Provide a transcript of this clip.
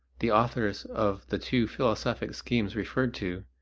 the authors of the two philosophic schemes referred to,